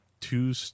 two